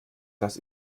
das